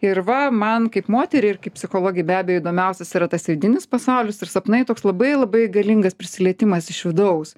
ir va man kaip moteriai ir kaip psichologei be abejo įdomiausias yra tas vidinis pasaulis ir sapnai toks labai labai galingas prisilietimas iš vidaus